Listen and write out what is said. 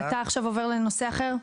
אתה עובר עכשיו לנושא אחר?